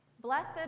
blessed